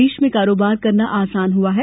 देश में कारोबार करना आसान हुआ है